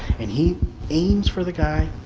and he aims for the guy,